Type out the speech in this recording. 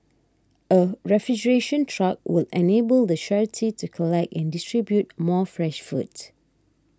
a refrigeration truck would enable the charity to collect and distribute more fresh food